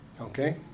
okay